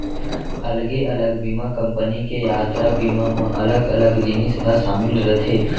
अलगे अलग बीमा कंपनी के यातरा बीमा म अलग अलग जिनिस ह सामिल रथे